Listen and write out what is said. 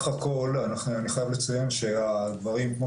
סך הכול אני חייב לציין שהדברים כמו